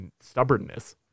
stubbornness